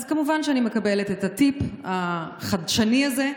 אז כמובן אני מקבלת את הטיפ החדשני הזה,